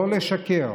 לא לשקר: